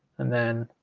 and then